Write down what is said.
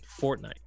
Fortnite